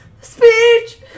speech